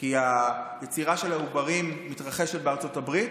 כי היצירה של העוברים מתרחשת בארצות הברית,